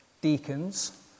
Deacons